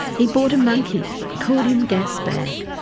he bought a monkey and called him gasbag.